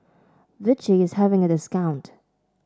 Vichy is having a discount